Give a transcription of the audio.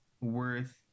worth